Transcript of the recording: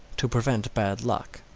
to prevent bad luck.